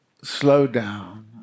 slowdown